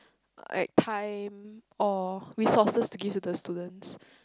like time or resources to give to the students